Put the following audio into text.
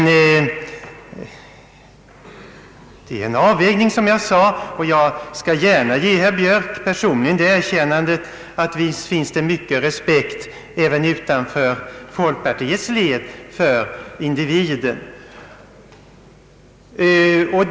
Men det är, som jag sade, en avvägning. Och jag skall gärna ge herr Björk personligen det erkännandet, att visst finns det mycket respekt för individen även utanför folkpartiets led.